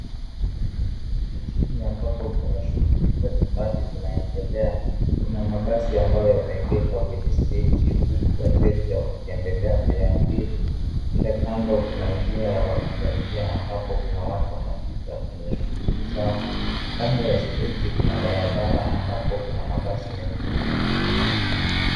Jijini ambapo kuna shughuli mbalimbali zinaendelea. Kuna mabasi ambayo yameegeshwa kwenye steji huku wateja wakiendelea kuyaabiri. Kule kando kuna njia ya wapita njia ambapo kuna watu wanapita kwenye shughuli zao. Kando ya steji kuna barabara ambapo kuna mabasi mengine yanapita.